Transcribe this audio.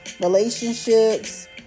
relationships